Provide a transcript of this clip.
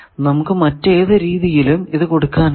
നമുക്ക് മറ്റേതു രീതിയിലും ഇത് കൊടുക്കാനാകും